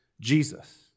Jesus